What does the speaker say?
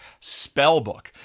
Spellbook